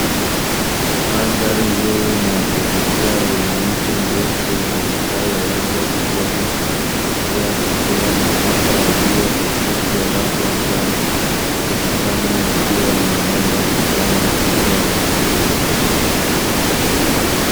Mandhari nzuri na ya kuvutia yenye mti mrefu wenye matawi ya rangi ya kijani pia kukiwa na mwanga wa jua hafifu wa rangi ya njano kutokana na jua linaenda kuzama upande wa magharibi.